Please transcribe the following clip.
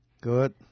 Good